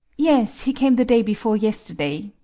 yes, he came the day before yesterday.